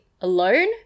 alone